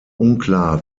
unklar